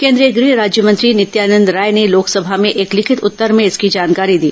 केन्द्रीय गृह राज्यमंत्री नित्यानंद राय ने लोकसभा में एक लिखित उत्तर में इसकी जानकारी दी